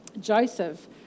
Joseph